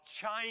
China